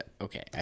Okay